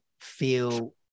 feel